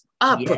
up